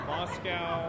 Moscow